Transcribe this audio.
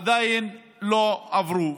עדיין לא עברו.